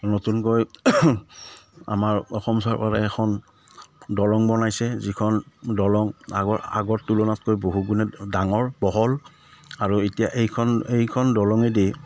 নতুনকৈ আমাৰ অসম চৰকাৰে এখন দলং বনাইছে যিখন দলং আগৰ আগৰ তুলনাতকৈ বহু গুণে ডাঙৰ বহল আৰু এতিয়া এইখন এইখন দলঙেদি